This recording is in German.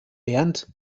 lernt